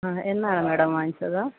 ആ എന്നാണ് മാഡം വാങ്ങിച്ചത്